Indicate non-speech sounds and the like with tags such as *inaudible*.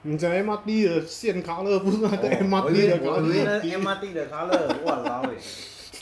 你讲 M_R_T 的线 colour 不是那个 *laughs* M_R_T 的 colour *laughs*